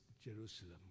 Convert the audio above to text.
Jerusalem